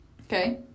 okay